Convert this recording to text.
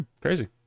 Crazy